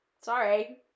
sorry